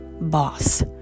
Boss